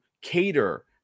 cater